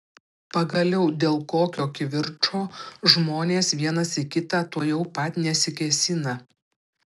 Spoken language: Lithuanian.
pagaliau dėl kokio kivirčo žmonės vienas į kitą tuojau pat nesikėsina